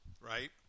right